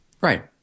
Right